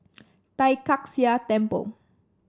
Tai Kak Seah Temple